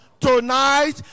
tonight